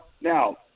now